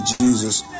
Jesus